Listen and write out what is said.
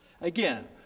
Again